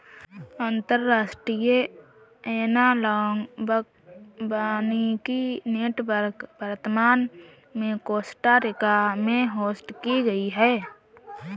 अंतर्राष्ट्रीय एनालॉग वानिकी नेटवर्क वर्तमान में कोस्टा रिका में होस्ट की गयी है